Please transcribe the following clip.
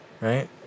right